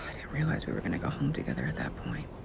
didn't realize we were gonna go home together at that point.